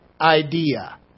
idea